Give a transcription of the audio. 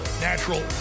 natural